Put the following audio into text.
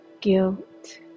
guilt